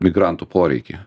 migrantų poreikį